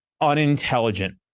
unintelligent